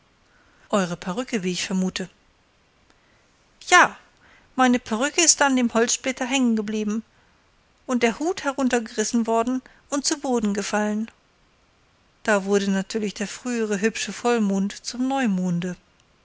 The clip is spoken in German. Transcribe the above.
eure perücke wie ich vermute ja meine perücke ist an dem holzsplitter hängen geblieben und der hut heruntergerissen worden und zu boden gefallen da wurde natürlich der frühere hübsche vollmond zum neumonde